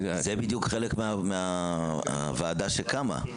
זה בדיוק חלק מהוועדה המוצעת שקמה,